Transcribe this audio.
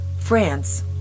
France